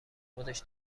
خودش